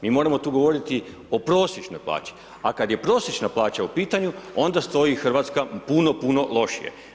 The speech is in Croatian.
Mi moramo tu govoriti o prosječnoj plaći, a kad je prosječna plaća u pitanju onda stoji Hrvatska puno, puno lošije.